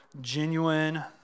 genuine